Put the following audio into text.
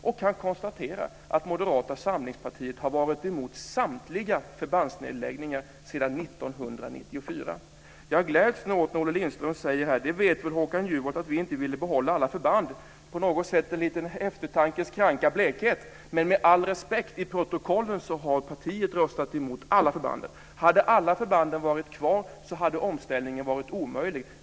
Och jag kan konstatera att Moderata samlingspartiet har varit emot samtliga förbandsnedläggningar sedan 1994. Jag gläds nu åt att Olle Lindström säger: Det vet väl Håkan Juholt att vi inte ville behålla alla förband. Det är på något sätt en liten eftertankens kranka blekhet. Men med all respekt, enligt protokollen har partiet röstat emot nedläggning av alla förband. Hade alla förband varit kvar så hade omställningen varit omöjlig.